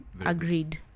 agreed